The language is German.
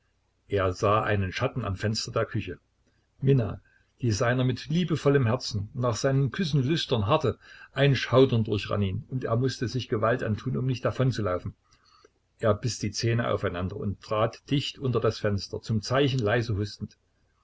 er sah einen schatten am fenster der küche minna die seiner mit liebevollem herzen nach seinen küssen lüstern harrte ein schaudern durchrann ihn und er mußte sich gewalt antun um nicht davonzulaufen er biß die zähne aufeinander und trat dicht unter das fenster zum zeichen leise